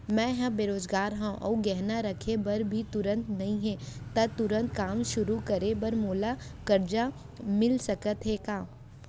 मैं ह बेरोजगार हव अऊ गहना रखे बर भी तुरंत नई हे ता तुरंत काम शुरू करे बर मोला करजा मिलिस सकत हे का?